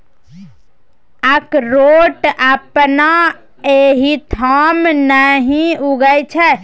अकरोठ अपना एहिठाम नहि उगय छै